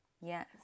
Yes